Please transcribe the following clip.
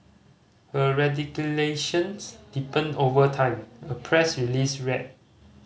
her radicalisation deepened over time a press release read